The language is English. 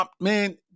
man